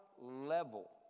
level